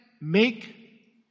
make